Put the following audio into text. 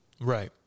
right